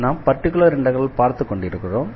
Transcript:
நாம் பர்டிகுலர் இண்டெக்ரலை பார்த்துக் கொண்டிருக்கிறோம்